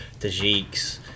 Tajiks